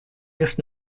лишь